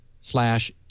slash